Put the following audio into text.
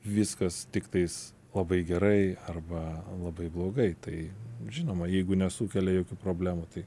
viskas tiktais labai gerai arba labai blogai tai žinoma jeigu nesukelia jokių problemų tai